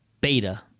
beta